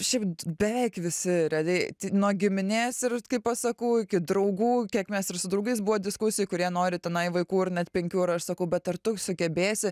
šiaip beveik visi realiai nuo giminės ir kai pasakau iki draugų kiek mes ir su draugais buvo diskusijų kurie nori tenai vaikų ir net penkių ir aš sakau bet ar tu sugebėsi